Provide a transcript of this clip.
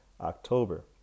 October